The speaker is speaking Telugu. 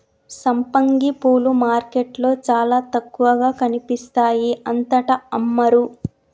సంపంగి పూలు మార్కెట్లో చాల తక్కువగా కనిపిస్తాయి అంతటా అమ్మరు